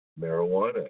marijuana